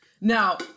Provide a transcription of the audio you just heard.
now